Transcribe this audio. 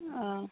অঁ